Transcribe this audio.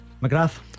McGrath